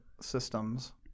systems